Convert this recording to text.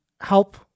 help